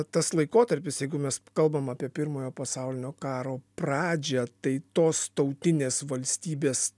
tas laikotarpis jeigu mes kalbam apie pirmojo pasaulinio karo pradžią tai tos tautinės valstybės